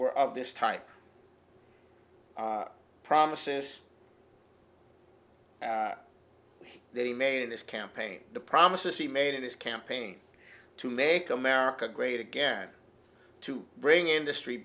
were of this type promises they made in this campaign the promises he made in his campaign to make america great again to bring industry